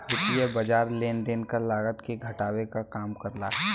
वित्तीय बाज़ार लेन देन क लागत के घटावे क काम करला